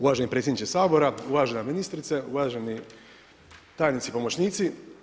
Uvaženi predsjedniče Sabora, uvažena ministrice, uvaženi tajnici, pomoćnici.